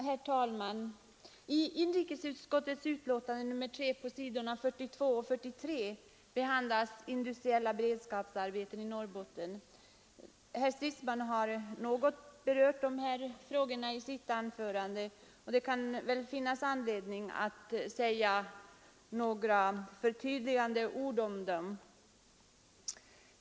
Herr talman! I inrikesutskottets betänkande nr 3 behandlas på s. 42 och 43 industriella beredskapsarbeten i Norrbotten. Herr Stridsman har något berört de här frågorna i sitt anförande, och det kan väl finnas anledning för mig att säga några förtydligande ord om dem.